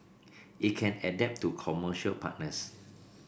it can adapt to commercial partners